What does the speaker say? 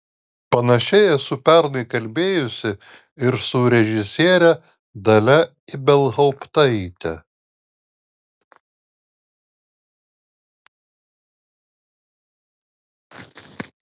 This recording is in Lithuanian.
panašiai esu pernai kalbėjusi ir su režisiere dalia ibelhauptaite